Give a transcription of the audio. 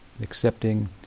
accepting